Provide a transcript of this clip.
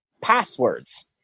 passwords